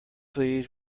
please